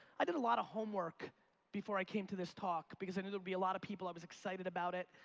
i did a lot of homework before i came to this talk because i knew it'd be a lot of people. i was excited about it.